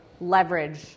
leverage